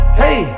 hey